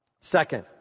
Second